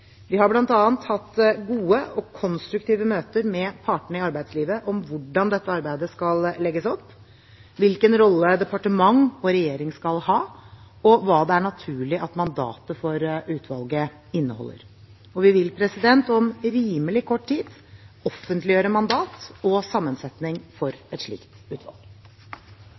Vi har bl.a. hatt gode og konstruktive møter med partene i arbeidslivet om hvordan dette arbeidet skal legges opp, hvilken rolle departement og regjering skal ha, og hva det er naturlig at mandatet for utvalget inneholder. Vi vil om rimelig kort tid offentliggjøre mandat og sammensetning for et slikt utvalg.